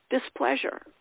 displeasure